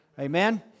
Amen